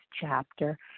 chapter